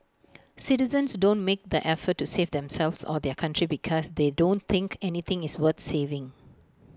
citizens don't make the effort to save themselves or their country because they don't think anything is worth saving